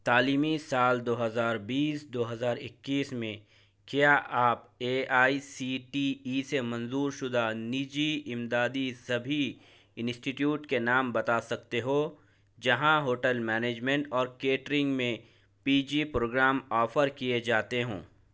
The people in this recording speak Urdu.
تعلیمی سال دو ہزار بیس دو ہزار اکیس میں کیا آپ A I C T E سے منظور شدہ نجی امدادی سبھی انسٹیٹیوٹ کے نام بتا سکتے ہو جہاں ہوٹل مینیجمینٹ اور کیٹرنگ میں پی جی پروگرام آفر کیے جاتے ہوں